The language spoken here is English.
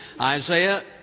Isaiah